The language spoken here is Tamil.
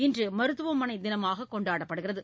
இன்று மருத்துவமனை தினமாக கொண்டாடப்படுகிறது